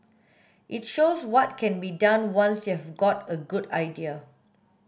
it shows what can be done once you have got a good idea